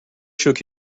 shook